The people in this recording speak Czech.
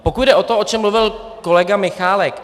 Pokud jde o to, o čem mluvil kolega Michálek.